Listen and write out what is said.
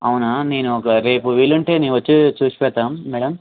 అవునా నేను ఒక రేపు వీలు ఉంటే నేను వచ్చి చూసి పెడతాం మేడం